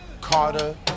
Carter